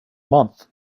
month